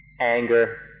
anger